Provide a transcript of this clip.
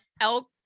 elk